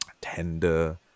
tender